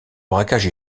braquage